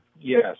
Yes